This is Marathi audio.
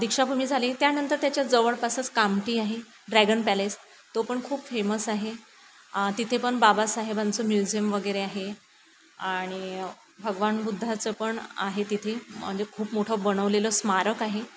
दीक्षाभूमी झाली त्यानंतर त्याच्या जवळपासच कामठी आहे ड्रॅगन पॅलेस तो पण खूप फेमस आहे तिथे पण बाबासाहेबांचं म्युझियम वगैरे आहे आणि भगवान बुद्धाचं पण आहे तिथे म्हणजे खूप मोठं बनवलेलं स्मारक आहे